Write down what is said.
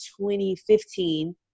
2015